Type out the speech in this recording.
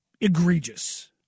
egregious